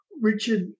Richard